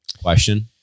question